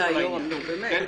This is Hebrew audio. די, יורם, נו באמת.